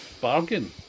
bargain